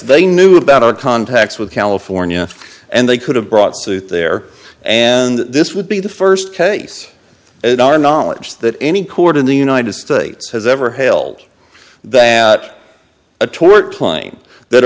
they knew about our contacts with california and they could have brought suit there and this would be the first case in our knowledge that any court in the united states has ever held that a tort claim that